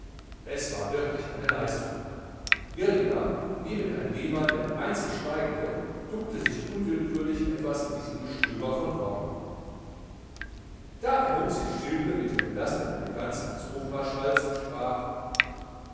es war wirklich eine leistung girlinger neben herrn lehmann der einzig schweigende duckte sich unwillkürlich etwas in diesem gestöber von worten da erhob sich stilpe mit der gelassenen eleganz eines hofmarschalls und sprach